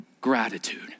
gratitude